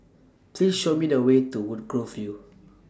Please Show Me The Way to Woodgrove View